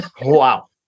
Wow